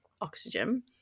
oxygen